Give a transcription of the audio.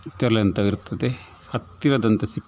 ಎಂತಾದರೂ ಇರ್ತದೆ ಹತ್ತಿರದಂತೆ ಸಿಕ್